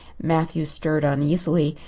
matthew stirred uneasily.